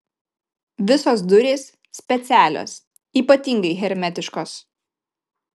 visos durys specialios ypatingai hermetiškos